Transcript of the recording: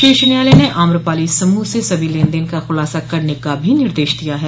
शीर्ष न्यायालय ने आम्रपाली समूह से सभी लेन देन का खुलासा करने का भी निर्देश दिया है